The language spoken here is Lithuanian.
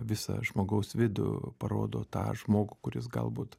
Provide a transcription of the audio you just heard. visą žmogaus vidų parodo tą žmogų kuris galbūt